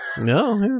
no